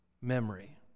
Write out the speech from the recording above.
memory